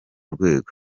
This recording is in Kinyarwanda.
rwego